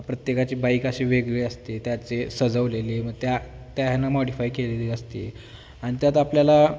प्रत्येकाची बाईक असे वेगळे असते त्याचे सजवलेले मग त्या त्याना मॉडीफाय केलेली असते आणि त्यात आपल्याला